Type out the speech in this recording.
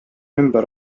ümber